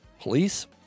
police